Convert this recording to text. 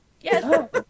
Yes